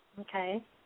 Okay